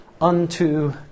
unto